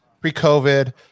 pre-COVID